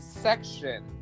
section